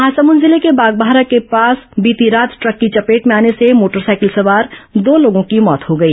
महासमुंद जिले के बागबाहरा के पास बीती रात ट्रक की चपेट में आने से मोटरसाइकिल सवार दो लोगों की मौत हो गई